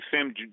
sim